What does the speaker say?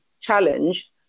challenge